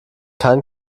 kein